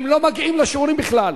הם לא מגיעים לשיעורים בכלל.